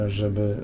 żeby